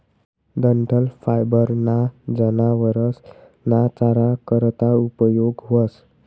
डंठल फायबर ना जनावरस ना चारा करता उपयोग व्हस